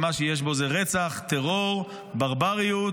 ומה שיש בו זה רצח, טרור, ברבריות.